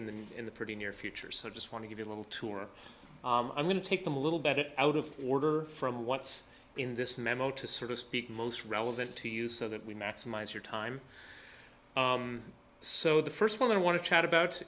be in the pretty near future so i just want to give you a little tour i'm going to take them a little bit out of order from what's in this memo to sort of speak most relevant to you so that we maximize your time so the first one i want to chat about